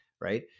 right